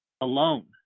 alone